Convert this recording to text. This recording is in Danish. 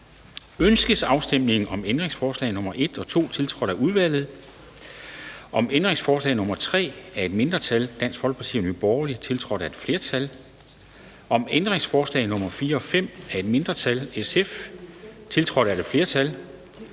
Ønskes afstemning om ændringsforslag nr. 1 og 2, tiltrådt af udvalget, om ændringsforslag nr. 3 af et mindretal (DF og NB), tiltrådt af et flertal, om ændringsforslag nr. 4 og 5 af et mindretal (SF), tiltrådt af et flertal